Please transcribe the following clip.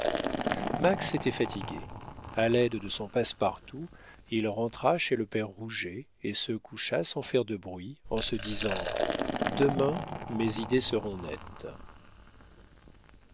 max était fatigué a l'aide de son passe-partout il rentra chez le père rouget et se coucha sans faire de bruit en se disant demain mes idées seront nettes